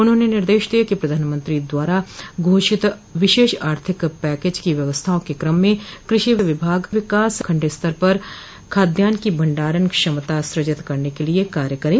उन्होंने निर्देश दिए हैं कि प्रधानमंत्री जी द्वारा घोषित विशेष आर्थिक पैकेज की व्यवस्थाओं के क्रम में कृषि विभाग विकास खण्ड स्तर पर खाद्यान्न की भण्डारण क्षमता सृजित करने के लिए कार्य करे